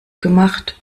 gemacht